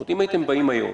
כלומר, אם הייתם באים היום